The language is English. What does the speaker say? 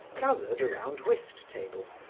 gathered around whist tables,